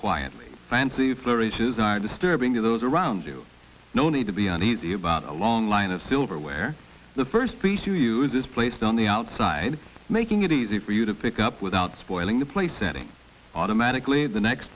quietly fancy flourishes are disturbing to those around you no need to be uneasy about a long line of silverware the first piece you use is placed on the outside making it easy for you to pick up without spoiling the place setting automatically the next